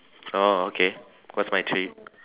oh okay what's my treat